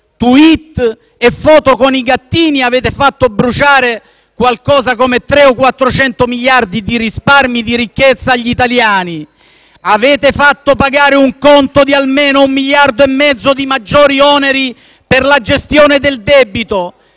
*tweet* e foto con i gattini, avete fatto bruciare qualcosa come 300 o 400 miliardi di risparmi e di ricchezza agli italiani, avete fatto pagare un conto di almeno 1,5 miliardi di euro di maggiori oneri per la gestione del debito